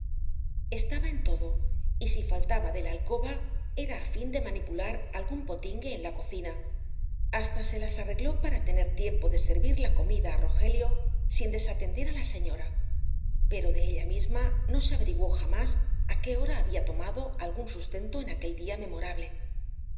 estaba en todo y si faltaba de la alcoba era á fin de manipular algún potingue en la cocina hasta se las arregló para tener tiempo de servir la comida á rogelio sin desatender á la señora pero de ella misma no se averiguó jamás á qué hora había tomado algún sustento en aquel día memorable